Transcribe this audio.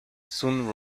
soon